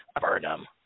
Burnham